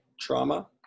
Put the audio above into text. trauma